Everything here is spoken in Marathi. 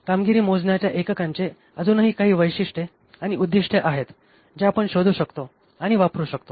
कामगिरी मोजण्याच्या एककांचे अजूनही काही वैशिष्ठे आणि उद्दिष्टे आहेत जे आपण शोधू शकतो आणि वापरू शकतो